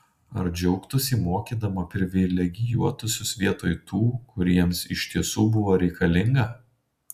ar džiaugtųsi mokydama privilegijuotuosius vietoj tų kuriems iš tiesų buvo reikalinga